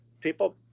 people